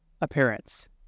appearance